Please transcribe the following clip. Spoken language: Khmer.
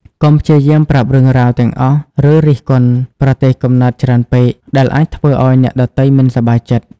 កុំព្យាយាមប្រាប់រឿងរ៉ាវទាំងអស់ ឬរិះគន់ប្រទេសកំណើតច្រើនពេក ដែលអាចធ្វើឱ្យអ្នកដទៃមិនសប្បាយចិត្ត។